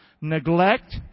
Neglect